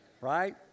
Right